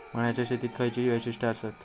मळ्याच्या शेतीची खयची वैशिष्ठ आसत?